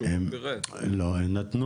בשנים